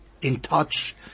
in-touch